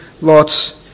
Lot's